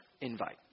invite